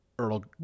Earl